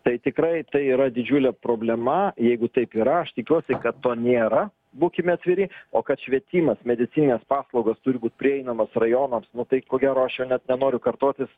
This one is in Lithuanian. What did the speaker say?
tai tikrai tai yra didžiulė problema jeigu taip yra aš tikiuosi kad to nėra būkim atviri o kad švietimas medicininės paslaugos turi būt prieinamos rajonams nu tai ko gero aš jau net nenoriu kartotis